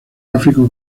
gráfico